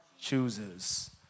chooses